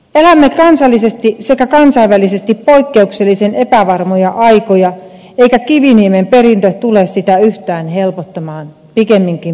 elämme kansallisesti sekä kansainvälisesti poikkeuksellisen epävarmoja aikoja eikä kiviniemen perintö tule sitä yhtään helpottamaan pikemminkin päinvastoin